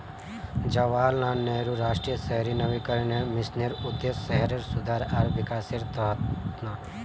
जवाहरलाल नेहरू राष्ट्रीय शहरी नवीकरण मिशनेर उद्देश्य शहरेर सुधार आर विकासेर त न